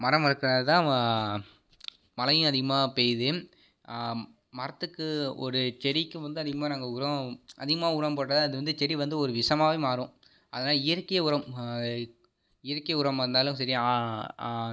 மரம் வளர்க்குறது தான் மழையும் அதிகமாக பெய்யுது மரத்துக்கு ஒரு செடிக்கு வந்து அதிகமாக நாங்கள் உரம் அதிகமாக உரம் போட்டால் தான் அது வந்து செடி வந்து ஒரு விஷமாகவே மாறும் அதனால் இயற்கை உரம் இயற்கை உரமாக இருந்தாலும் சரி